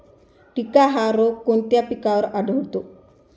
टिक्का हा रोग कोणत्या पिकावर आढळतो?